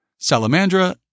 Salamandra